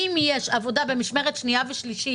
אם יש עבודה במשמרת שנייה ושלישית